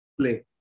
Play